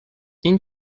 این